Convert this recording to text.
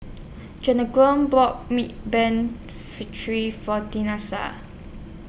bought Me Ban For